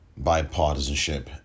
bipartisanship